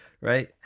right